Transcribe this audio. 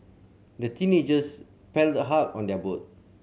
the teenagers paddled hard on their boat